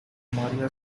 maria